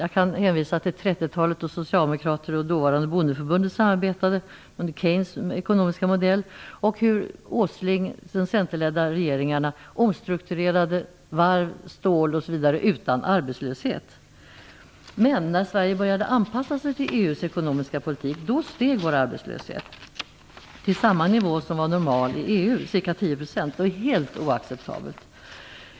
Jag kan hänvisa till 30-talet då Socialdemokraterna och dåvarande Bondeförbundet samarbetade under Keynes ekonomiska modell och 70-talet då Åsling i de centerledda regeringarna omstrukturerade varvsoch stålindustrin osv. utan arbetslöshet som följd. Men när Sverige började anpassa sig till EU:s ekonomiska politik steg vår arbetslöshet till samma nivå som i EU, ca 10 %. Det är helt oacceptabelt.